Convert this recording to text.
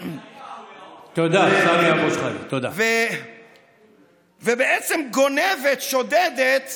מצד שני, במקביל, וזה חשוב, יש להמשיך להיענות,